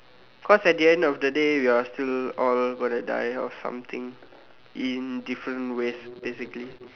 cause at the end of the day we are still all going to die of something in different ways basically